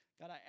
God